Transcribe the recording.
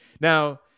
Now